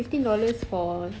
ah lah sekejap jer